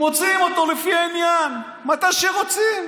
מוציאים אותו לפי העניין, מתי שרוצים.